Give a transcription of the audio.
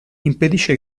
impedisce